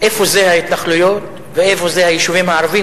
איפה זה ההתנחלויות ואיפה זה היישובים הערביים,